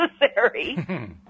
necessary